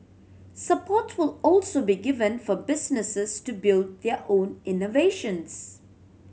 support will also be given for businesses to build their own innovations